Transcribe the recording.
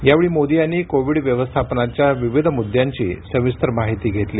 यावेळी मोदी यांनी कोविड व्यवस्थापनाच्या विविध मुद्यांची सविस्तर माहिती घेतली